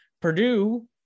Purdue